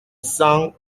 cent